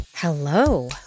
Hello